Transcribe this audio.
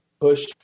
push